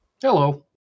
Hello